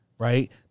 Right